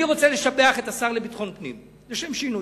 אני רוצה לשבח את השר לביטחון פנים, לשם שינוי.